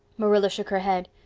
marilla shook her head.